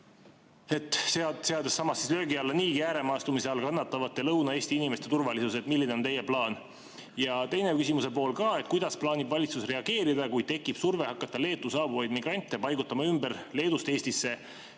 seades samas löögi alla niigi ääremaastumise all kannatavate Lõuna-Eesti inimeste turvalisuse? Milline on teie plaan? Ja teine küsimuse pool ka: kuidas plaanib valitsus reageerida, kui tekib surve hakata Leetu saabuvaid migrante paigutama ümber Leedust Eestisse?